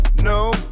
no